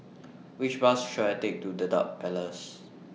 Which Bus should I Take to Dedap Place